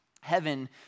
Heaven